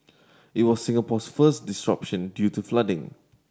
it was Singapore's first disruption due to flooding